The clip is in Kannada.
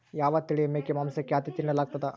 ಯಾವ ತಳಿಯ ಮೇಕೆ ಮಾಂಸಕ್ಕೆ, ಆದ್ಯತೆ ನೇಡಲಾಗ್ತದ?